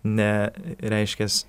ne reiškias